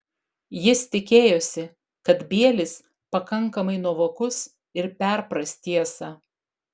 jis tikėjosi kad bielis pakankamai nuovokus ir perpras tiesą